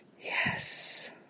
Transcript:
yes